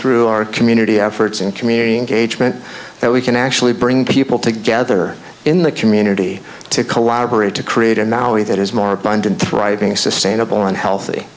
through our community efforts and community engagement that we can actually bring people together in the community to collaborate to create a maui that is more abundant thriving sustainable and healthy